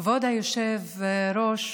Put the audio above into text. כבוד היושב-ראש,